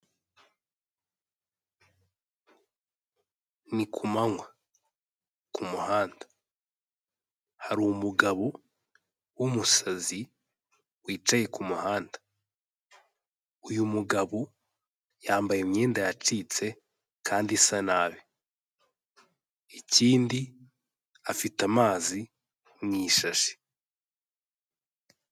Ni kumanywa, kumuhanda hari umugabo wumusazi wicaye kumuhanda, uyu mugabo yambaye imyenda yacitse kandi isa nabi, ikindi afite amazi mu ishashi.